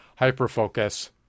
hyperfocus